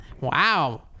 wow